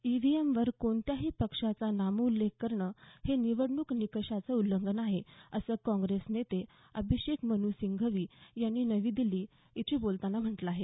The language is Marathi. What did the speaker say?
ईव्हीएमवर कोणत्याही पक्षाचा नामोल्लेख करणं हे निवडणूक निकषांचं उल्लंघन आहे असं काँग्रेस नेते अभिषेक मन् सिंघवी यांनी नवी दिल्ली इथं पत्रकारांशी बोलताना म्हटलं आहे